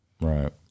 Right